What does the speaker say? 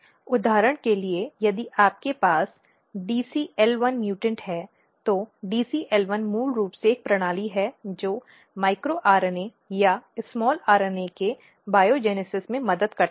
उदाहरण के लिए यदि आपके पास dcl1 म्यूटेंट है तो DCL1 मूल रूप से एक प्रणाली है जो माइक्रो आरएनए या छोटे आरएनए के जैवजनन में मदद करता है